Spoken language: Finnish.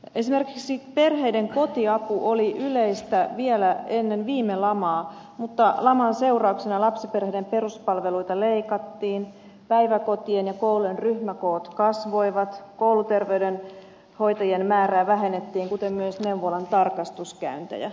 esimerkiksi perheiden kotiapu oli yleistä vielä ennen viime lamaa mutta laman seurauksena lapsiperheiden peruspalveluita leikattiin päiväkotien ja koulujen ryhmäkoot kasvoivat kouluterveydenhoitajien määrää vähennettiin kuten myös neuvolan tarkastuskäyntejä